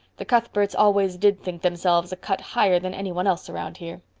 the cuthberts always did think themselves a cut higher than any one else round here.